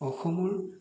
অসমৰ